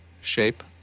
shape